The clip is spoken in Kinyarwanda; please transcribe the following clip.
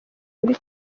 muri